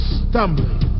stumbling